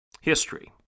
History